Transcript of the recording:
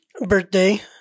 birthday